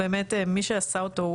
באמת מי שעשה אותו,